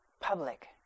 public